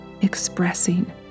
expressing